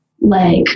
leg